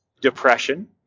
depression